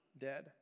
dead